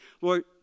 Lord